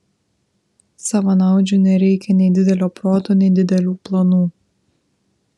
savanaudžiui nereikia nei didelio proto nei didelių planų